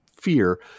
fear